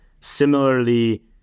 Similarly